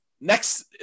next